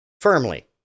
Firmly